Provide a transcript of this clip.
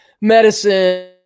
medicine